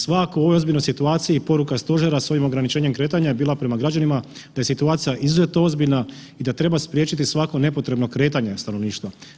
Svako u ovoj ozbiljnoj situaciji, poruka Stožera, s ovim ograničenjem kretanja je bila prema građanima, da je situacija izuzetno ozbiljna i da treba spriječiti svako nepotrebno kretanje stanovništva.